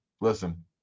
Listen